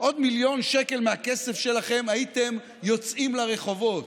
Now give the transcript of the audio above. עוד מיליון שקל מהכסף שלכם, הייתם יוצאים לרחובות,